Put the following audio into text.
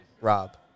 Rob